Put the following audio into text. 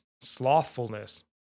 slothfulness